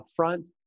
upfront